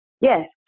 yes